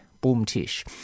Boom-tish